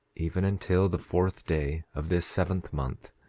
even until the fourth day of this seventh month,